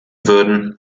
würden